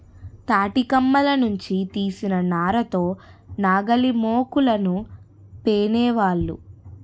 తాటికమ్మల నుంచి తీసిన నార తో నాగలిమోకులను పేనేవాళ్ళు